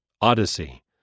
Odyssey